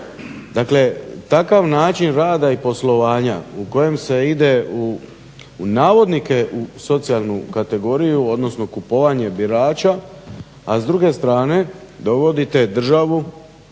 Dakle, takav način rada i poslovanja u kojem se ide u navodnike u socijalnu kategoriju, odnosno kupovanje birača a s druge strane dovodite državu